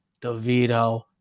DeVito